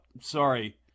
Sorry